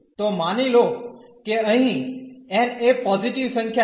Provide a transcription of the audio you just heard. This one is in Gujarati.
તો માની લો કે અહીં n એ પોઝીટીવ સંખ્યા છે